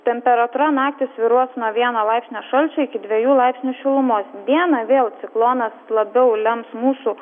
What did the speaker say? temperatūra naktį svyruos nuo vieno laipsnio šalčio iki dviejų laipsnių šilumos dieną vėl ciklonas labiau lems mūsų